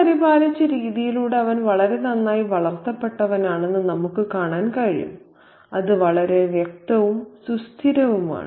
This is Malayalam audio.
സ്വയം പരിപാലിച്ച രീതിയിലൂടെ അവൻ വളരെ നന്നായി വളർത്തപ്പെട്ടവനാണെന്ന് നമുക്ക് കാണാൻ കഴിയും അത് വളരെ വ്യക്തവും സുസ്ഥിരവുമാണ്